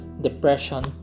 depression